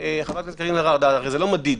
חברת הכנסת קארין אלהרר, הרי זה לא מדיד.